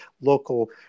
local